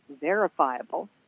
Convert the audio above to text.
verifiable